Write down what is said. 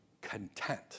content